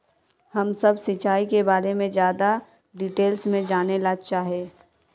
हम सब सिंचाई के बारे में ज्यादा डिटेल्स में जाने ला चाहे?